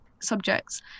subjects